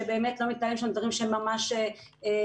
שלא מתנהלים שם דברים שהם ממש מנוגדים